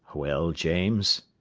well, james?